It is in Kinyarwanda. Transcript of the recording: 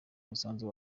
umusanzu